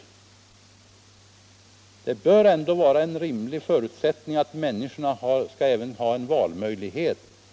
Det bör ändå vara en rimlig förutsättning att människorna skall ha en valmöjlighet.